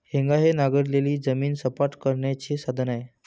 हेंगा हे नांगरलेली जमीन सपाट करण्याचे साधन आहे